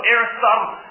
Aristotle